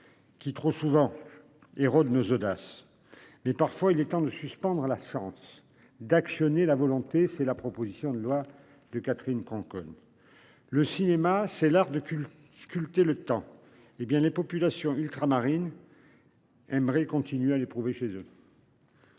Qui trop souvent et nos audace. Mais parfois il est temps de Suisse. Pendant la chance d'actionner la volonté, c'est la proposition de loi de Catherine Conconne. Le cinéma, c'est l'art de recul sculpté le temps hé bien les populations ultramarines. Aimerait continuer à l'éprouver chez eux.